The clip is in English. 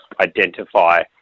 identify